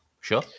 Sure